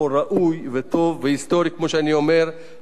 לרווחת החברה במדינת ישראל.